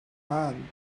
hand